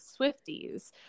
Swifties